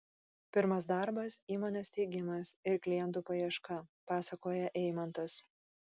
pirmas darbas įmonės steigimas ir klientų paieška pasakoja eimantas